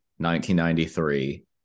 1993